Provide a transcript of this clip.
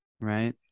right